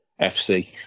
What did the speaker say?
fc